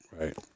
right